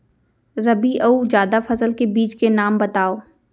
रबि अऊ जादा फसल के बीज के नाम बताव?